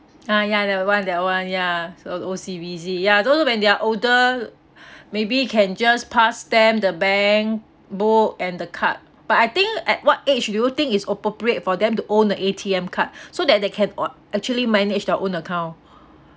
ah ya that one that one ya so O_C_B_C yeah so when they are older maybe can just pass them the bank book and the card but I think at what age do you think is appropriate for them to own the A_T_M card so that they can uh actually manage their own account